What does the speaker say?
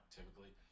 Typically